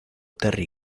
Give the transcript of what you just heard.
terry